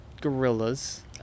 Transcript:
gorillas